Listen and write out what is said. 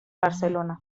barcelona